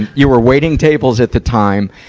you were waiting tables at the time,